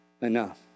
enough